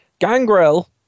Gangrel